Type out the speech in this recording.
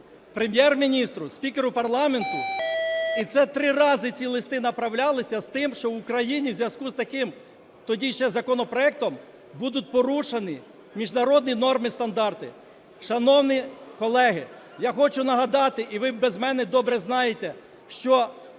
Прем'єр-міністру, спікеру парламенту і це три рази ці листи направлялися з тим, що в Україні в зв'язку з таким тоді ще законопроектом будуть порушені міжнародні норми і стандарти. Шановні колеги, я хочу нагадати і ви без мене добре знаєте, що